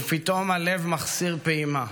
ופתאום הלב מחסיר פעימה: